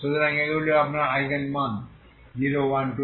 সুতরাং এগুলি হল আপনার আইগেন মান 0123